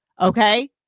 okay